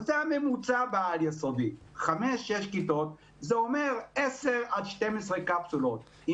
זה הממוצע בעל יסודי זה אומר 12-10 קפסולות.